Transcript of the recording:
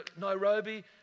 Nairobi